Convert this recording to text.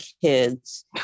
kids